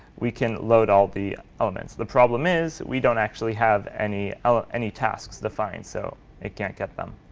we can load all the elements. the problem is, we don't actually have any ah ah any tasks defined. so it can't get them.